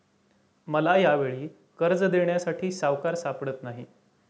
मला यावेळी कर्ज देण्यासाठी सावकार सापडत नाही